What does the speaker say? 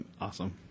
awesome